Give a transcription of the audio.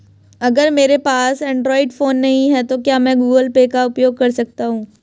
अगर मेरे पास एंड्रॉइड फोन नहीं है तो क्या मैं गूगल पे का उपयोग कर सकता हूं?